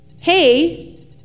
Hey